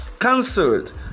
cancelled